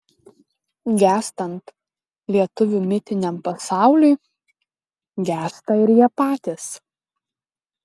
gęstant lietuvių mitiniam pasauliui gęsta ir jie patys